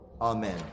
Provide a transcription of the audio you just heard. Amen